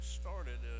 started